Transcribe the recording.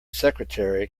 secretary